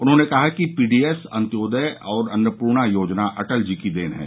उन्होंने कहा कि पीडीएस अन्योदय और अन्नपूर्णा योजना अटल जी की देन है